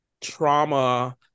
trauma